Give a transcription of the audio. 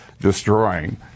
destroying